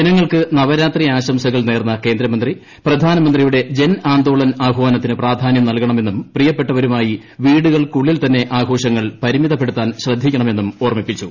ജനങ്ങൾക്ക് നവരാത്രി ആശംസകൾ നേർന്ന കേന്ദ്രമന്ത്രി പ്രധാനമന്ത്രിയുടെ ജൻ ആന്തോളൻ ആഹ്വാനത്തിന് പ്രാധാന്യം നൽകണമെന്നും പ്രിയപ്പെട്ടവരുമായി വീടുകൾക്കുള്ളിൽ തന്നെ ആഘോഷങ്ങൾ പരിമിതപ്പെടുത്താൻ ശ്രദ്ധിക്കണമെന്നും ഓർമിപ്പിച്ചു